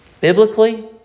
Biblically